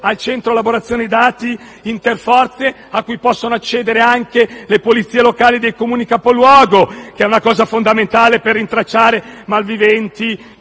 al Centro elaborazione dati interforze, a cui possono accedere anche le polizie locali dei Comuni capoluogo, che è una cosa fondamentale per rintracciare malviventi